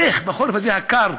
איך בחורף הזה הקר?